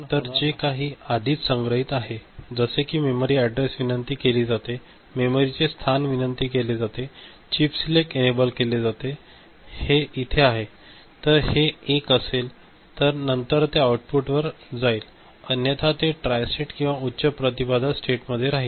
तर जे काही आधीच संग्रहित आहे जसे कि मेमरी ऍडरेस विनंती केले जातेमेमरी चे स्थान विनंती केले जाते चिप सिलेक्ट एनेबल केले जाते हे इथे आहे तर हे 1 असेल आणि नंतर ते आउटपुटवर जाईल अन्यथा ते ट्रायस्टेट किंवा उच्च प्रतिबाधा स्टेट मध्येराहील